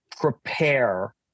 prepare